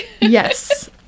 yes